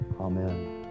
amen